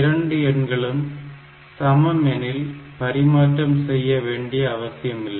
இரண்டு எண்களும் சமம் எனில் பரிமாற்றம் செய்ய வேண்டிய அவசியமில்லை